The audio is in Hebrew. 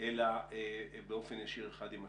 אלא באופן ישיר אחד עם השני,